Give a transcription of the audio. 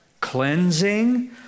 cleansing